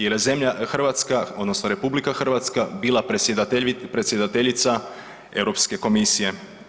Jer je zemlja Hrvatska, odnosno RH bila predsjedateljica Europske komisije.